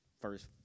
first